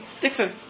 Dixon